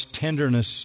tenderness